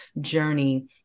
journey